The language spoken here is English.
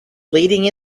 leading